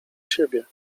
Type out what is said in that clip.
siebie